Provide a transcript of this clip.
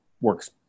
works